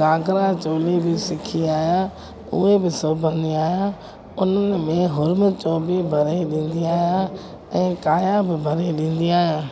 घागरा चोली बि सिखी आहियां उहे बि सिबंदी आहियां उन्हनि में हुरमचो बि भरे ॾींदी आहियां ऐं काया बि भरी ॾींदी आहियां